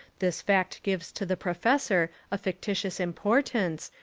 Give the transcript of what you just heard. this fact gives to the professor a fictitious importance,